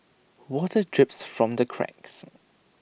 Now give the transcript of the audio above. water drips from the cracks